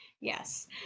Yes